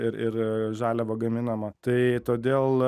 ir ir žaliava gaminama tai todėl